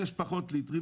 ויש פחות ליטרים,